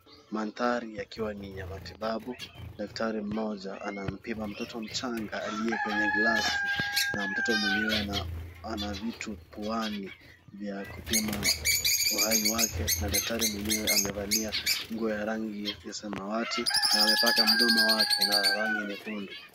Mandhari yakiwa ni ya matibabu, daktari mmoja anampima mtoto mchanga aliye kwenye glasi na mtoto mwenyewe ana vitu puani vya kupima uhai wake na daktari mwenyewe amevalia nguo ya rangi ya samawati na amepaka mdomo wake na rangi nyekundu.